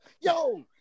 Yo